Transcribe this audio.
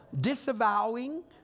disavowing